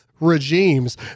Regimes